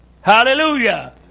Hallelujah